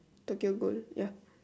Tokyo-Ghoul ya